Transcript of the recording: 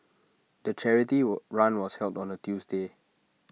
the charity wall run was held on A Tuesday